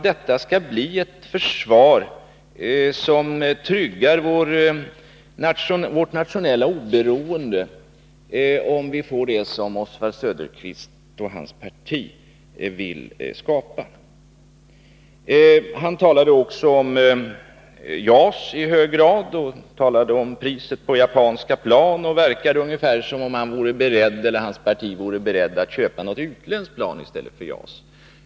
Men jag vill fråga: Vem kan tro att det försvar som Oswald Söderqvist och hans parti vill skapa kan trygga vårt nationella oberoende? Han talade också mycket om JAS och om priset på utländska plan. Det verkar som om hans parti vore berett att köpa ett utländskt plan i stället för JAS.